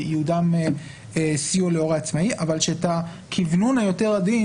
שייעודן סיוע להורה עצמאי אבל שאת הכוונון היותר עדין